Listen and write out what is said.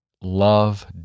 love